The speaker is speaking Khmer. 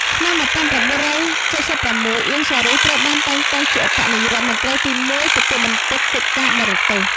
ឆ្នាំ១៩៧៦ អៀង សារី ត្រូវបានតែងតាំងជាឧបនាយករដ្ឋមន្ត្រីទីមួយ ទទួលបន្ទុកកិច្ចការបរទេស ។